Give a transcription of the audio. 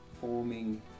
forming